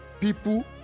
people